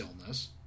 illness